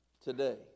today